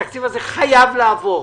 התקציב הזה חייב לעבור,